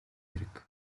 хэрэг